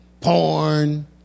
porn